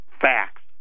facts